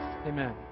Amen